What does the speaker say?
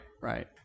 right